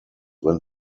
when